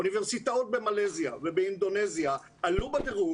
אוניברסיטאות במלזיה ובאינדונזיה עלו בדירוג